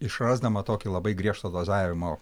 išrasdama tokį labai griežtą dozavimo